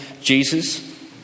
Jesus